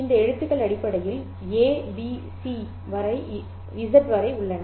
இந்த கடிதங்கள் அடிப்படையில் A B C வரை Z வரை உள்ளன